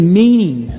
meaning